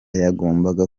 yagombaga